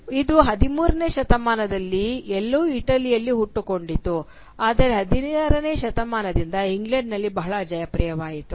ಇದು 13 ನೇ ಶತಮಾನದಲ್ಲಿ ಎಲ್ಲೋ ಇಟಲಿಯಲ್ಲಿ ಹುಟ್ಟಿಕೊಂಡಿತು ಆದರೆ 16 ನೇ ಶತಮಾನದಿಂದ ಇಂಗ್ಲೆಂಡ್ನಲ್ಲಿ ಬಹಳ ಜನಪ್ರಿಯವಾಯಿತು